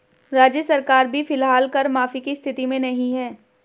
राज्य सरकार भी फिलहाल कर माफी की स्थिति में नहीं है